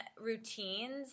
routines